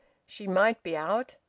she might be out.